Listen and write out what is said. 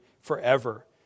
forever